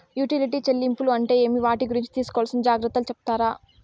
Utility చెల్లింపులు అంటే ఏమి? వాటి గురించి తీసుకోవాల్సిన జాగ్రత్తలు సెప్తారా?